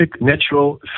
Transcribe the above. natural